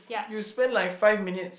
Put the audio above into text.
you spend like five minutes